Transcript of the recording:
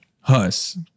hus